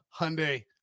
Hyundai